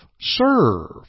Serve